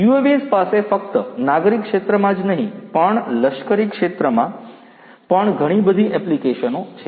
UAVs પાસે ફક્ત નાગરિક ક્ષેત્રમાં જ નહીં પણ લશ્કરી ક્ષેત્રમાં પણ ઘણી બધી એપ્લિકેશનો છે